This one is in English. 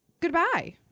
Goodbye